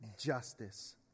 justice